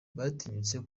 batinyutse